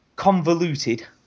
Convoluted